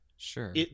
Sure